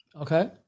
Okay